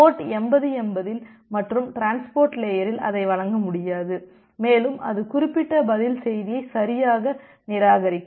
board 8080 இல் மற்றும் transport லேயரில் அதை வழங்க முடியாது மேலும் அது குறிப்பிட்ட பதில் செய்தியை சரியாக நிராகரிக்கும்